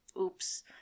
oops